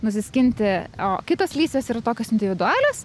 nusiskinti o kitos lysvės yra tokios individualios